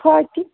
فاطے